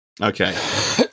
Okay